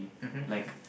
mmhmm mmhmm